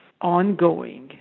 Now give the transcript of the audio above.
ongoing